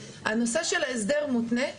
בנושא של הסדר מותנה: